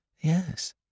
yes